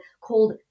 called